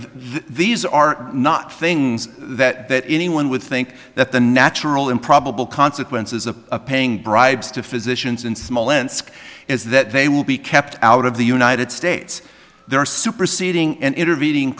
these are not things that that anyone would think that the natural and probable consequences of paying bribes to physicians in smolensk is that they will be kept out of the united states there are superseding and intervening